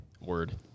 Word